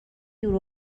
دور